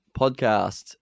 podcast